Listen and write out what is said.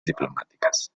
diplomáticas